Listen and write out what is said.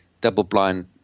double-blind